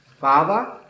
father